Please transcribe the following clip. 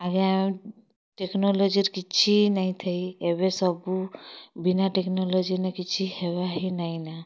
ଆଗେ ଟେକ୍ନୋଲୋଜିର୍ କିଛି ନାଇଥାଇ ଏବେ ସବୁ ବିନା ଟେକ୍ନୋଲୋଜି ନେ କିଛି ହେବାର୍ ହି ନାଇ ନା